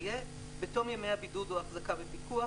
יבוא: "(3)בתום ימי הבידוד או ההחזקה בפיקוח,